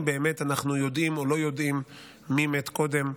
באמת אנחנו יודעים או לא יודעים מי מת קודם,